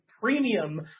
premium